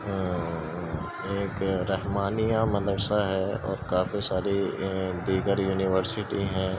ایک رحمانیہ مدرسہ ہے اور کافی ساری دیگر یونیورسٹی ہیں